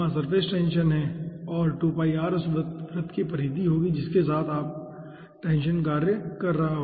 surface tension है और उस वृत्त की परिधि होगी जिसके साथ सरफेस टेंशन कार्य कर रहा होगा